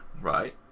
Right